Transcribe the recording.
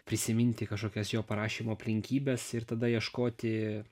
prisiminti kažkokias jo parašymo aplinkybes ir tada ieškoti